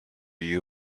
you